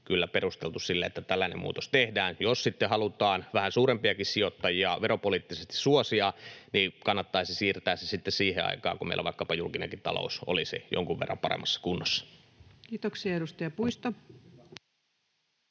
ole perusteltu sille, että tällainen muutos tehdään. Jos sitten halutaan vähän suurempiakin sijoittajia veropoliittisesti suosia, niin kannattaisi siirtää se sitten siihen aikaan, kun meillä vaikkapa julkinenkin talous olisi jonkun verran paremmassa kunnossa. [Speech 131]